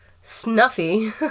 snuffy